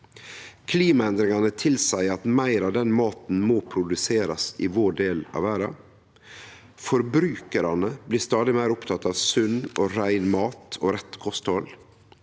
Klimaendringane tilseier at meir av den maten må produserast i vår del av verda. Forbrukarane blir stadig meir opptekne av sunn og rein mat og rett kosthald.